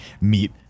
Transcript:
Meet